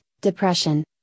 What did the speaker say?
depression